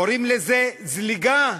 קוראים לזה זליגה,